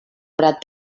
prat